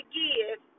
give